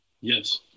Yes